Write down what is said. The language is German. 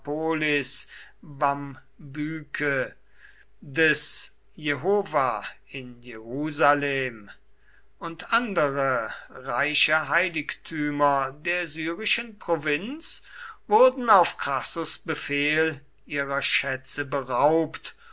des jehova in jerusalem und andere reiche heiligtümer der syrischen provinz wurden auf crassus befehl ihrer schätze beraubt